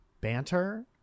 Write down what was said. Banter